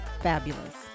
fabulous